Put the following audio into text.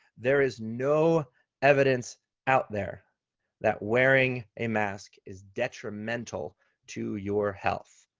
there is no evidence out there that wearing a mask is detrimental to your health.